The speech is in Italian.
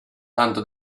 tanto